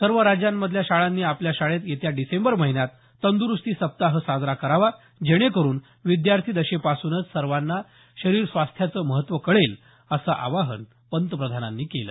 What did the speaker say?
सर्व राज्यांमधल्या शाळांनी आपल्या शाळेत येत्या डिसेंबर महिन्यात तंदुरुस्ती सप्ताह साजरा करावा जेणेकरुन विद्यार्थी दशेपासूनच सर्वांना शरीरस्वास्थ्याचं महत्व कळेल असं आवाहन पंतप्रधानांनी केलं